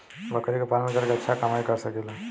बकरी के पालन करके अच्छा कमाई कर सकीं ला?